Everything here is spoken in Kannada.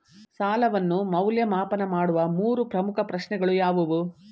ಸಾಲವನ್ನು ಮೌಲ್ಯಮಾಪನ ಮಾಡುವ ಮೂರು ಪ್ರಮುಖ ಪ್ರಶ್ನೆಗಳು ಯಾವುವು?